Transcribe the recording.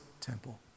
temple